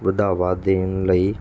ਵਧਾਵਾ ਦੇਣ ਲਈ